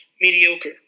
mediocre